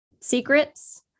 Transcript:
secrets